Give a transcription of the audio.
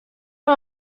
pas